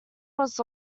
was